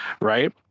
Right